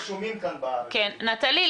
נטלי,